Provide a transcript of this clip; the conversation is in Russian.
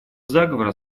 заговора